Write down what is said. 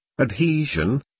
adhesion